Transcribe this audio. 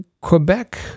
Quebec